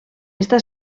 està